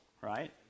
right